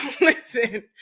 listen